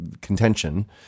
contention